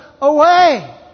away